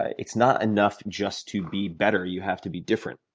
it's not enough just to be better. you have to be different.